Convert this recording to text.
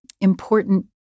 important